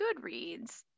Goodreads